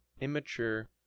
immature